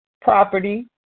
property